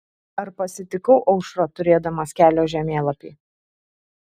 ar pasitikau aušrą turėdamas kelio žemėlapį